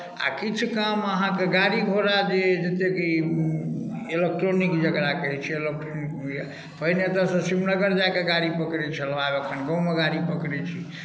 आ किछु काम अहाँके गाड़ी घोड़ा जे जतेक ई इलेक्ट्रोनिक जकरा कहै छियै इलेक्ट्रोनिक पहिने तऽ एतयसँ श्रीनगर जा कऽ गाड़ी पकड़ै छलहुँ आब एखन गाममे गाड़ी पकड़ै छी